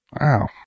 wow